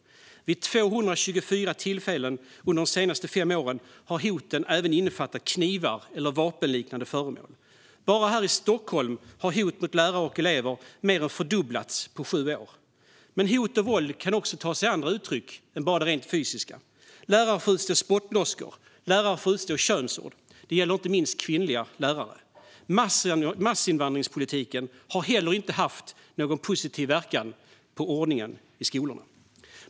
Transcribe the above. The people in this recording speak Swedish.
Vid 224 tillfällen under de senaste fem åren har hoten även innefattat knivar eller vapenliknande föremål. Bara här i Stockholm har hot mot lärare och elever mer än fördubblats på sju år. Men hot och våld kan också ta sig andra uttryck än det rent fysiska. Lärare får utstå spottloskor och könsord. Det senare gäller inte minst kvinnliga lärare. Massinvandringspolitiken har heller inte haft någon positiv inverkan på ordningen i skolorna.